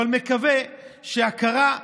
אבל מקווה שהכרה,